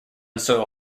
soil